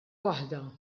waħda